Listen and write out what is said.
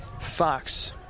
Fox